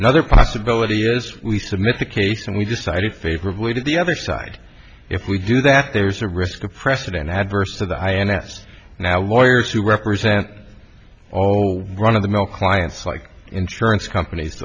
another possibility is we submit the case and we decided favorably to the other side if we do that there's a risk of precedent adverse to the ins now lawyers who represent all run of the mill clients like insurance companies